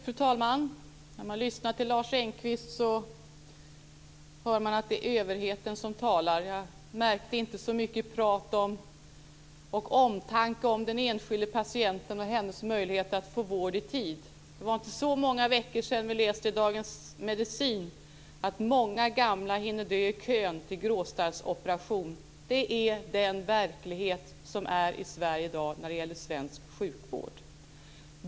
Fru talman! När man lyssnar till Lars Engqvist hör man att det är överheten som talar. Jag märkte inte så mycket prat om och omtanke om den enskilde patienten och hennes möjligheter att få vård i tid. Det var inte så många veckor sedan vi läste i Dagens Medicin att många gamla hinner dö i kön till gråstarrsoperation. Det är den verklighet som är i Sverige i dag när det gäller svensk sjukvård.